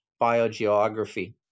biogeography